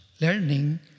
learning